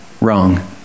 wrong